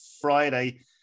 Friday